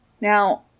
Now